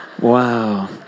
Wow